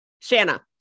Shanna